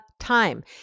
time